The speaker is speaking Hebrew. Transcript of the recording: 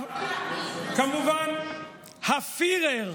כמובן, "הפיהרר"